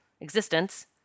existence